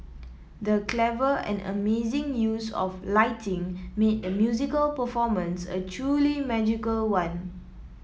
the clever and amazing use of lighting made the musical performance a truly magical one